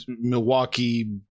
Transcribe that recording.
Milwaukee